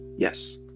Yes